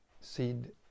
seed